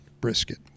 brisket